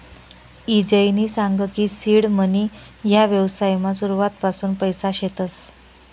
ईजयनी सांग की सीड मनी ह्या व्यवसायमा सुरुवातपासून पैसा शेतस